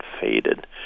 faded